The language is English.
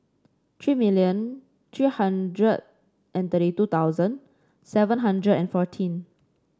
three million three hundred and thirty two thousand seven hundred and fourteen